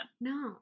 no